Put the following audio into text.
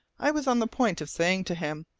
i was on the point of saying to him,